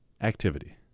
activity